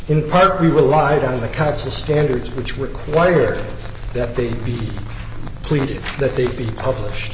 in part we relied on the cuts to standards which required that they be pleaded that they be published